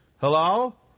Hello